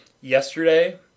yesterday